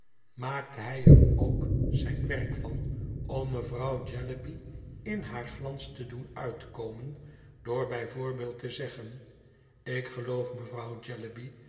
maakte hij er ook zijn werk van om mevrouw jellyby in haar glans te doen uitkomen door bij voorbeeld te zeggen ik geloof mevrouw